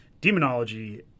demonology